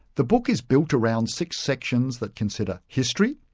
the book is built around six sections that consider history,